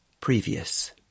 Previous